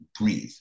breathe